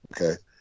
Okay